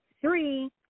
three